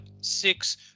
six